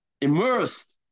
immersed